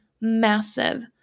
massive